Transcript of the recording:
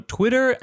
Twitter